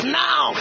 now